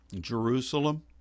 Jerusalem